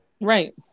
Right